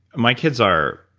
my kids are.